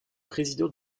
président